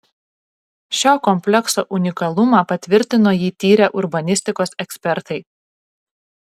šio komplekso unikalumą patvirtino jį tyrę urbanistikos ekspertai